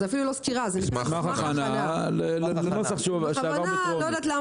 זו אפילו לא סקירה ------ אני לא יודעת למה